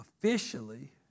officially